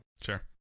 Sure